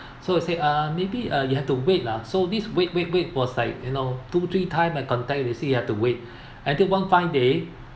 so she said uh maybe uh you have to wait lah so this wait wait wait was like you know two three time I contact you still have to wait until one fine day